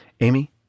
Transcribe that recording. Amy